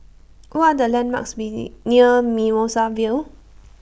What Are The landmarks near Mimosa Vale